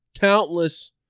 countless